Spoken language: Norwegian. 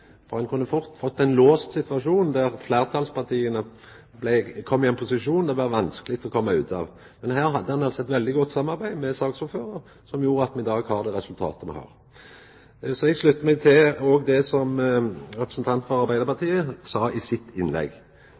Ein kunne fort ha fått ein låst situasjon der fleirtalspartia kom i ein posisjon som det ville ha vore vanskeleg å koma ut av. Men her har me hatt eit veldig godt samarbeid med saksordføraren, som gjorde at me i dag har det resultatet som me har. Eg sluttar meg òg til det som representanten frå Arbeidarpartiet sa i sitt innlegg.